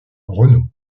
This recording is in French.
renault